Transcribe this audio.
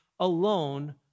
alone